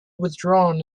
withdrawn